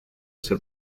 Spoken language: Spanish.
ese